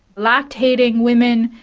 lactating women,